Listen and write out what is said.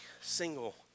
single